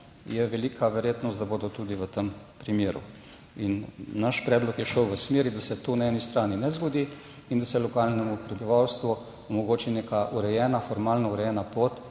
je velika verjetnost, da bodo tudi v tem primeru. Naš predlog je šel v smeri, da se to na eni strani ne zgodi in da se lokalnemu prebivalstvu omogoči neka formalno urejena pot